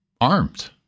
armed